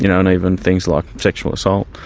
you know and even things like sexual assault,